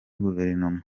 guverinoma